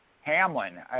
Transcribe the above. Hamlin